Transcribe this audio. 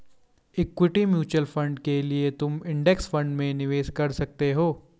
equity mutual fund के लिए तुम इंडेक्स फंड में निवेश कर सकते हो